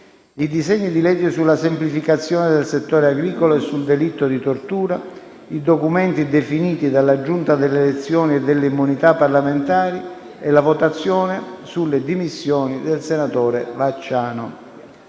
i disegni di legge sulla semplificazione del settore agricolo e sul delitto di tortura; i documenti definiti dalla Giunta delle elezioni e delle immunità parlamentari e la votazione sulle dimissioni del senatore Vacciano.